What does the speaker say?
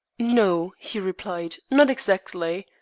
no, he replied not exactly.